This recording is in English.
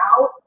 out